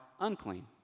unclean